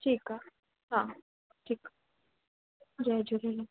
ठीकु आहे हा ठीकु आहे जय झूलेलाल